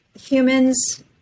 humans